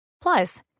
Plus